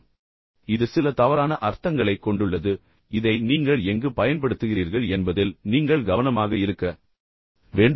எனவே இது சில தவறான அர்த்தங்களைக் கொண்டுள்ளது எனவே இதை நீங்கள் எங்கு பயன்படுத்துகிறீர்கள் என்பதில் நீங்கள் மிகவும் கவனமாக இருக்க வேண்டும்